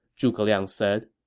zhuge liang said.